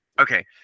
Okay